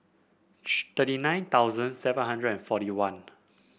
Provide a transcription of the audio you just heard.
thirty nine thousand seven hundred and forty one